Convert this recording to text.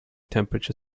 temperature